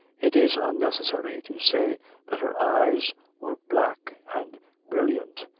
it is unnecessary to say that her eyes we're black and brilliant,